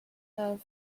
have